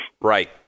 Right